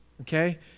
Okay